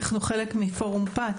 אנחנו חלק מפורום פת.